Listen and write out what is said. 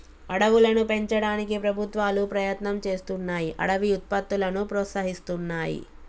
అడవులను పెంచడానికి ప్రభుత్వాలు ప్రయత్నం చేస్తున్నాయ్ అడవి ఉత్పత్తులను ప్రోత్సహిస్తున్నాయి